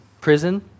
prison